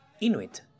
Inuit